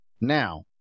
now